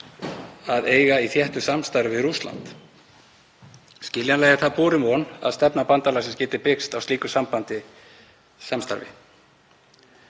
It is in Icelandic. að eiga í þéttu samstarfi við Rússland. Skiljanlega er það borin von að stefna bandalagsins geti byggst á slíku samstarfi.